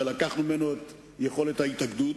הרי לקחנו מהם את יכולת ההתאגדות.